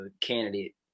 candidate